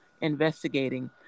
investigating